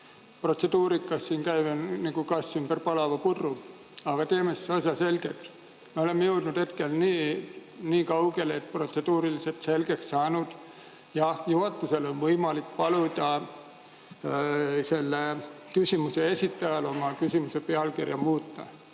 protseduurikas käime nagu kass ümber palava pudru, aga teeme asja selgeks. Me oleme jõudnud hetkel niikaugele, et protseduuriliselt on selgeks saanud: jah, juhatusel on võimalik paluda küsimuse esitajal oma küsimuse pealkirja muuta.